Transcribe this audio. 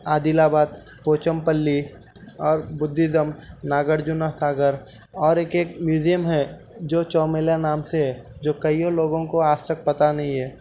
عادل آباد کوچم پلی اور Buddhism Nagarjuna Sagar اور ایک ایک میوزیم ہے جو چومیلا نام سے ہے جو کئی لوگوں کو آج تک پتہ نہیں ہے